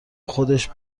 خودش